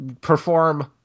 Perform